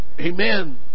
amen